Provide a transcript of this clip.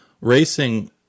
racing